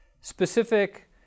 specific